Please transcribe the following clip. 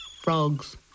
frogs